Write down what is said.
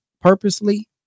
purposely